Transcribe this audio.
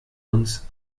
uns